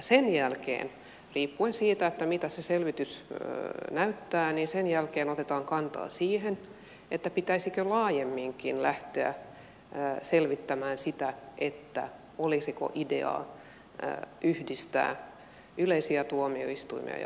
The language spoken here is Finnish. sen jälkeen riippuen siitä mitä se selvitys näyttää otetaan kantaa siihen pitäisikö laajemminkin lähteä selvittämään sitä olisiko ideaa yhdistää yleisiä tuomioistuimia ja hallintotuomioistuimia